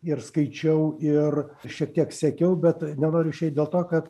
ir skaičiau ir šiek tiek sekiau bet nenoriu išeit dėl to kad